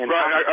Right